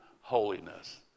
holiness